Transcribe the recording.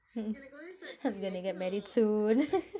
I'm gonna get married soon